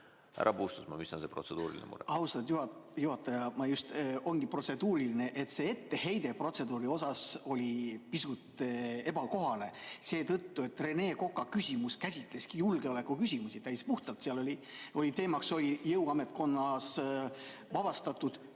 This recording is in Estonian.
Härra Puustusmaa, mis on see protseduuriline mure?